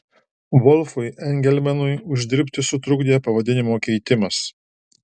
volfui engelmanui uždirbti sutrukdė pavadinimo keitimas